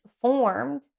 formed